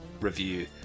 review